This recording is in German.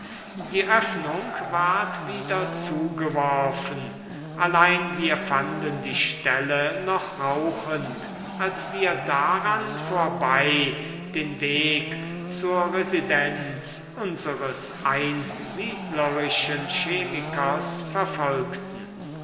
die öffnung ward wieder zugeworfen allein wir fanden die stelle noch rauchend als wir daran vorbei den weg zur residenz unseres einsiedlerischen chemikers verfolgten